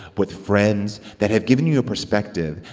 with friends that have given you a perspective.